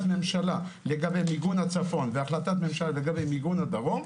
ממשלה לגבי מיגון הצפון והחלטת ממשלה לגבי מיגון הדרום,